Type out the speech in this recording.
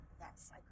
yes